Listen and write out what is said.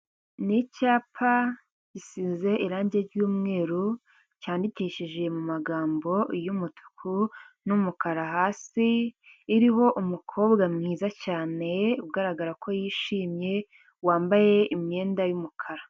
Ni icyapa gisize irangi r'mweru cyandikishije mu magambo y'umutuku n'umukara hasi iriho umukobwa mwiza cyane ugaragara ko yishimye, wambaye imyenda y'umukara.